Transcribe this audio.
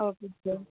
okay sir